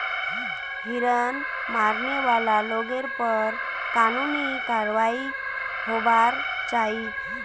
हिरन मारने वाला लोगेर पर कानूनी कारवाई होबार चाई